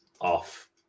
off